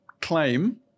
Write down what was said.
claim